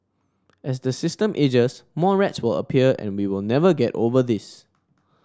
as the system ages more rats will appear and we will never get over this